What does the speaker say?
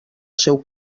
seu